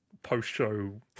post-show